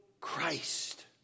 Christ